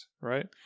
right